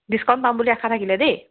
discount পাম বুলি আশা থাকিলে দেই